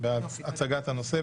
בהצגת הנושא,